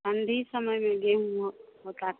अंधी समय में गेहूँ होता है